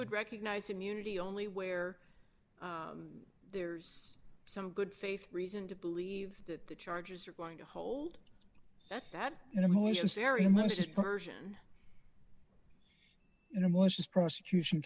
would recognize immunity only where there's some good faith reason to believe that the charges are going to hold that that in a malicious area most dispersion in a malicious prosecution